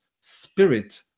spirit